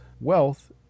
wealth